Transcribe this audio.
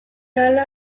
ahala